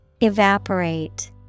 Evaporate